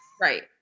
Right